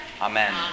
Amen